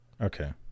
Okay